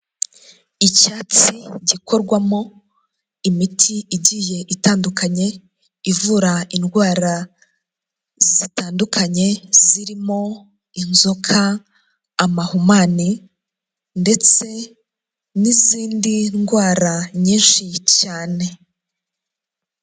Icyatsi gikorwamo imiti igiye itandukanye ivura indwara zitandukanye zirimo inzoka, amahumane ndetse n'izindi ndwara nyinshi cyane.